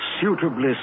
suitably